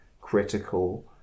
critical